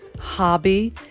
hobby